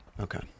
Okay